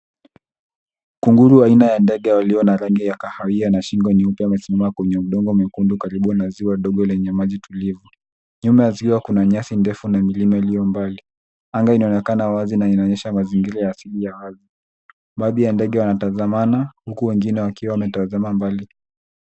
Kunguru aina ya ndege walio na rangi ya kahawia na shingo nyeupe wanasimama kwenye udongo mwekundu karibu na uzio ndogo lenye maji tulivu. Nyuma ya ziwa kuna nyasi ndefu na milima iliyo mbali. Anga inaonekana wazi na inaonyesha mazingira asili ya wazi. Baadhi ya ndege wanatazamana huku wengine wakiwa wametazama mbali.